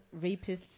rapists